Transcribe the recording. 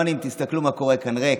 ותסתכלו מה קורה כאן, ריק.